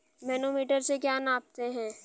Manometer से क्या नापते हैं?